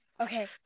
Okay